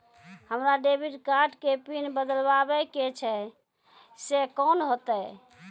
हमरा debit card के PIN बदलबावै के छैं से कौन होतै?